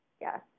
Yes